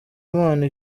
imana